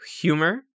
humor